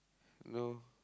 you know